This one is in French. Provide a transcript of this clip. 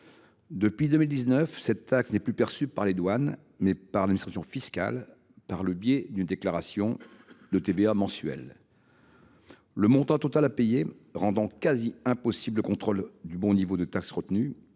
Depuis 2019, cette taxe est perçue non plus par les douanes, mais par l’administration fiscale, par le biais d’une déclaration de TVA mensuelle. Le montant total à payer rend quasi impossible le contrôle du bon niveau de taxe retenu,